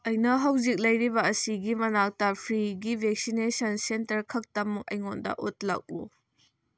ꯑꯩꯅ ꯍꯧꯖꯤꯛ ꯂꯩꯔꯤꯕ ꯑꯁꯤꯒꯤ ꯃꯅꯥꯛꯇ ꯐ꯭ꯔꯤꯒꯤ ꯚꯦꯛꯁꯤꯅꯦꯁꯟ ꯁꯦꯟꯇꯔ ꯈꯛꯇꯃꯛ ꯑꯩꯉꯣꯟꯗ ꯎꯠꯂꯛꯎ